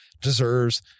deserves